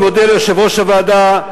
אני מודה ליושב-ראש הוועדה,